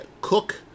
Cook